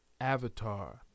Avatar